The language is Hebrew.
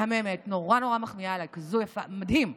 מהממת, נורא נורא מחמיאה לה, היא כזאת יפה, מדהים.